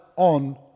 on